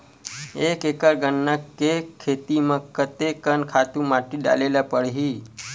एक एकड़ गन्ना के खेती म कते कन खातु माटी डाले ल पड़ही?